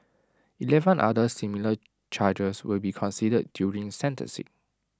Eleven other similar charges will be considered during sentencing